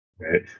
Right